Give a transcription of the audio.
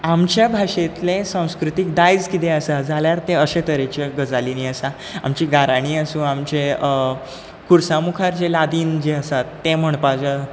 आमचे भाशेंतलें संस्कृतीक दायज कितें आसा जाल्यार तें अशे तरेच्या गजालींनी आसा आमची गाराणीं आसूं आमचें खुर्सा मुखार जें लादीन जें आसा तें म्हणपाचें